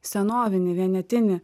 senovinį vienetinį